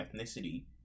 ethnicity